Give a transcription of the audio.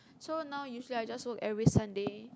so now usually I just work every Sunday